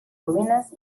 ruïnes